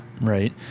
right